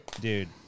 Dude